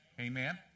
Amen